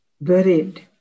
buried